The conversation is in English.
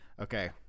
okay